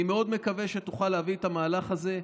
אני מאוד מקווה שתוכל להביא את המהלך הזה,